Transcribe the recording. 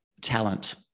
talent